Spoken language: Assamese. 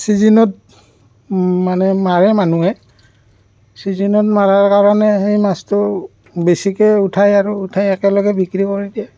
ছিজিনত মানে মাৰে মানুহে ছিজিনত মাৰাৰ কাৰণে সেই মাছটো বেছিকৈ উঠায় আৰু উঠাই একেলগে বিক্ৰী কৰি দিয়ে